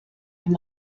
wenn